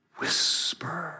whisper